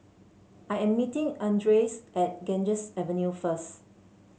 I am meeting Andres at Ganges Avenue first